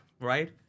right